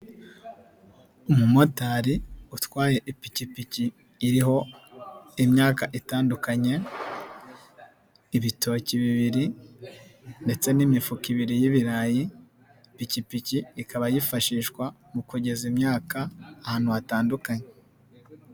Umumotari utwaye ipikipiki iriho imyaka itandukanye, ibitoki bibiri ndetse n'imifuka ibiri y'ibirayi, ipikipiki ikaba yifashishwa mu kugeza imyaka ahantu hatandukanye.